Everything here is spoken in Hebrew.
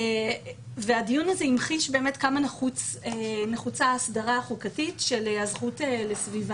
הדיון הזה המחיש כמה נחוצה ההסדרה החוקתית של הזכות לסביבה.